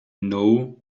know